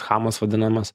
chamas vadinamas